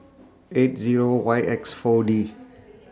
eight Zero Y X four D